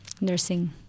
nursing